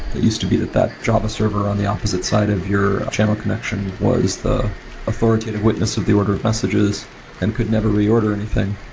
used to be that that java server on the opposite side of your channel connection was the authoritative witness of the order of messages and could never reorder anything.